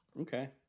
Okay